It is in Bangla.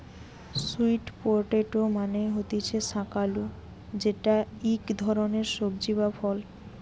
স্যুট পটেটো মানে হতিছে শাক আলু যেটা ইক ধরণের সবজি বা ফল